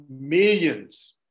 millions